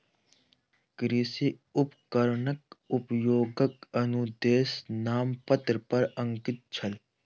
कृषि उपकरणक उपयोगक अनुदेश नामपत्र पर अंकित छल